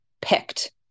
picked